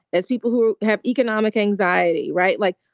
as people who have economic anxiety. right. like,